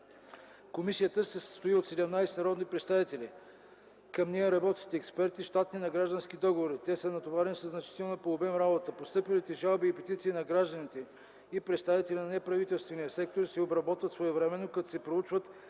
Комисията се състои от 17 народни представители. Към нея работят експерти – щатни и на граждански договори. Те са натоварени със значителна по обем работа. Постъпилите жалби и петиции от граждани и представители на неправителствения сектор се обработват своевременно, като се проучва